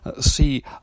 See